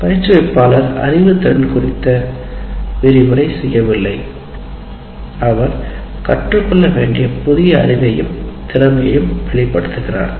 பயிற்றுவிப்பாளர் அறிவுத் திறன் குறித்த விரிவுரை செய்யவில்லை அவர் கற்றுக்கொள்ள வேண்டிய புதிய அறிவையும் திறமையையும் வெளிப்படுத்துகிறார்